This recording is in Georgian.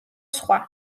სხვა